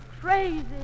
crazy